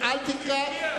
אל תקרא.